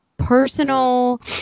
personal